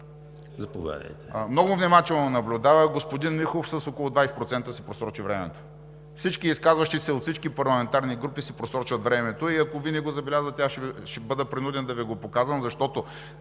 Много внимателно наблюдавах –господин Михов си просрочи времето с около 20%. Всички изказващи се от всички парламентарни групи си просрочват времето и ако Вие не го забелязвате, аз ще бъда принуден да Ви го показвам, защото